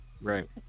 Right